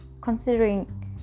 considering